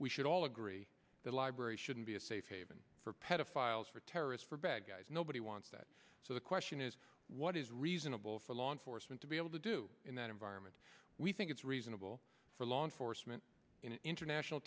we should all agree that libraries shouldn't be a safe haven for pedophiles for terrorists are bad guys nobody wants that so the question is what is reasonable for law enforcement to be able to do in that environment we think it's reasonable for law enforcement in an international